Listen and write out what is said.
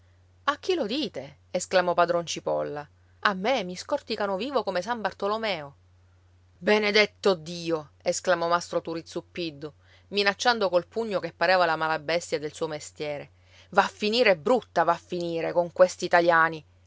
a chi lo dite esclamò padron cipolla a me mi scorticano vivo come san bartolomeo benedetto dio esclamò mastro turi zuppiddu minacciando col pugno che pareva la malabestia del suo mestiere va a finire brutta va a finire con questi italiani